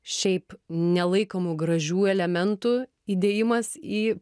šiaip nelaikomų gražių elementų įdėjimas į